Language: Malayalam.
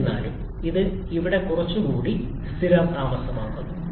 എന്നിരുന്നാലും ഇത് ഇവിടെ കുറച്ചുകൂടി സ്ഥിരതാമസമാക്കുന്നു